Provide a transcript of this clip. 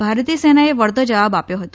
ભારતીય સેનાએ વળતો જવાબ આપ્યો હતો